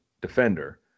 defender